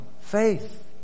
faith